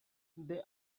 they